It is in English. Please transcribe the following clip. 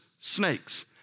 snakes